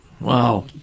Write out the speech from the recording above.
Wow